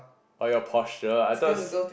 oh your posture I thought